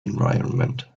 environment